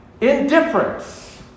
Indifference